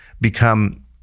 become